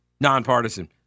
nonpartisan